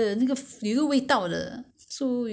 就算你蒸 ah 也是不好吃的